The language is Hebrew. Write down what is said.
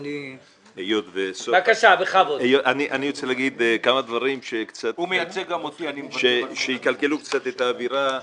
אני רוצה לומר כמה דברים שיקלקלו קצת את האווירה.